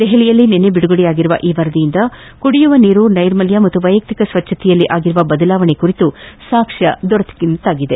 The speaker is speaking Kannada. ದೆಹಲಿಯಲ್ಲಿ ನಿನ್ನೆ ಬಿಡುಗಡೆಯಾಗಿರುವ ಈ ವರದಿಯಿಂದ ಕುಡಿಯುವ ನೀರು ನೈರ್ಮಲ್ಯ ಹಾಗೂ ವಯಕ್ತಿಕ ಸ್ವಚ್ಛತೆಯಲ್ಲಿ ಆಗಿರುವ ಬದಲಾವಣೆ ಕುರಿತು ಸಾಕ್ಷ್ಯ ದೊರೆತಂತಾಗಿದೆ